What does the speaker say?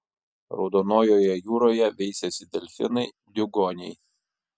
raudonojoje jūroje veisiasi delfinai diugoniai